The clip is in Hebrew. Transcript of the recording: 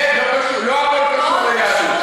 לא הכול קשור ליהדות.